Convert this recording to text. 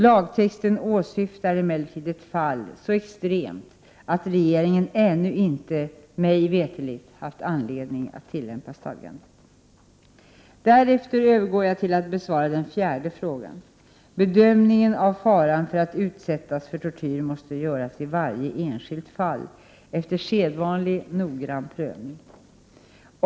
Lagtexten åsyftar emellertid ett fall som är så extremt att regeringen ännu inte, mig veterligt, haft anledning att tillämpa stadgandet. Därefter övergår jag till att besvara den fjärde frågan. Bedömningen av faran för att utsättas för tortyr måste göras i varje enskilt fall efter sedvanlig noggrann prövning.